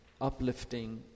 Uplifting